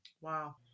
wow